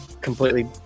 completely